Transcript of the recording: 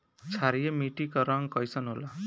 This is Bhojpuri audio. क्षारीय मीट्टी क रंग कइसन होला?